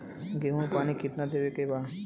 गेहूँ मे पानी कितनादेवे के बा?